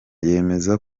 yemeza